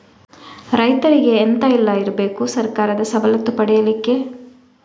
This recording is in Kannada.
ರೈತರಿಗೆ ಎಂತ ಎಲ್ಲ ಇರ್ಬೇಕು ಸರ್ಕಾರದ ಸವಲತ್ತು ಪಡೆಯಲಿಕ್ಕೆ?